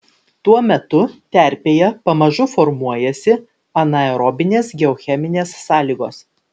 tuo metu terpėje pamažu formuojasi anaerobinės geocheminės sąlygos